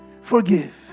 forgive